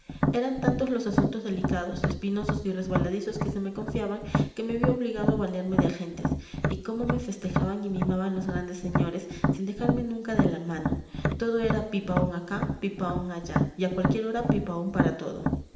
eran tantos los asuntos delicados espinosos y resbaladizos que se me confiaban que me vi obligado a valerme de agentes y cómo me festejaban y mimaban los grandes señores sin dejarme nunca de la mano todo era pipaón acá pipaón allá y a cualquier hora pipaón para todo